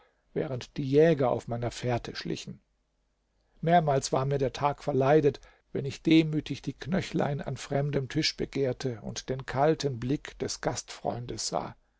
während die jäger auf meiner fährte schlichen mehrmals war mir der tag verleidet wenn ich demütig die knöchlein an fremdem tisch begehrte und den kalten blick des gastfreundes sah